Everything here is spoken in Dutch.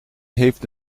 heeft